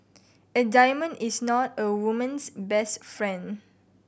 a diamond is not a woman's best friend